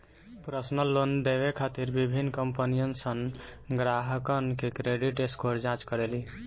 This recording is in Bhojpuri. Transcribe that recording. पर्सनल लोन देवे खातिर विभिन्न कंपनीसन ग्राहकन के क्रेडिट स्कोर जांच करेली